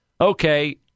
Okay